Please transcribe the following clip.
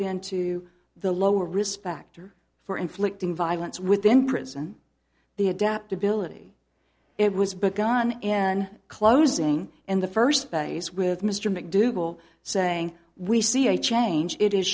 into the lower risk factor for inflicting violence within prison the adaptability it was begun in closing in the first place with mr mcdougal saying we see a change it is